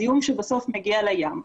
זיהום שבסוף מגיע לים.